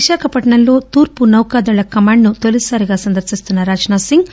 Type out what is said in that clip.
విశాఖపట్నంలో తూర్పు నౌకాదళ కమాండ్ ను తొలిసారిగా సందర్శిస్తున్న రాజ్ నాథ్ సింగ్